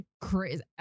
crazy